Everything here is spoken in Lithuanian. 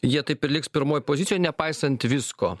jie taip ir liks pirmoj pozicijoj nepaisant visko